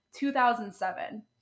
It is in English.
2007